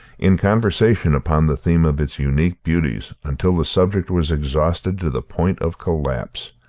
in conversation upon the theme of its unique beauties until the subject was exhausted to the point of collapse.